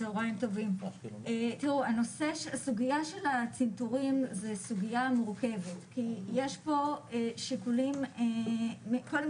תראו הסוגיה של הצנתורים זה סוגיה מורכבת כי יש פה שיקולים קודם